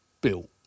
built